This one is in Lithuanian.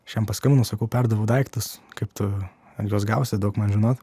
aš jam paskambinau sakau perdaviau daiktus kaip tu juos gausi duok man žinot